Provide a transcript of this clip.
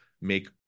make